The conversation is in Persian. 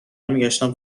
میگشتم